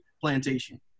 plantation